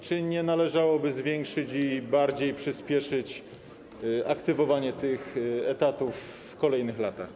Czy nie należałoby zwiększyć i bardziej przyśpieszyć aktywowania tych etatów w kolejnych latach?